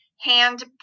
hand